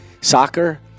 soccer